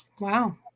Wow